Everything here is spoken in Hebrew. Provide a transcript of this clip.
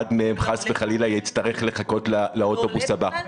אחד מהם חס וחלילה יצטרך לחכות לאוטובוס הבא.